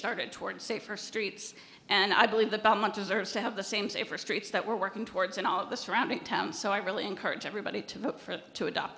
started toward safer streets and i believe the government deserves to have the same safer streets that we're working towards and all the surrounding towns so i really encourage everybody to vote for to adopt